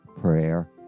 prayer